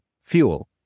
fuel